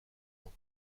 ans